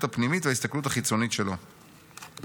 הפנימית וההסתכלות החיצונית שלו'.